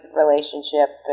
relationship